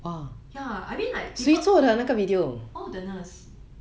ya I mean like people all the nurse